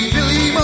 Billy